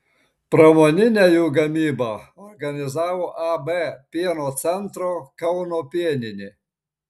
pramoninę jų gamybą organizavo ab pieno centro kauno pieninė